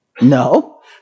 No